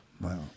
Wow